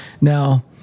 now